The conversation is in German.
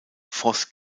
frost